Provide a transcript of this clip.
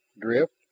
drift